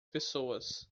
pessoas